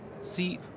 See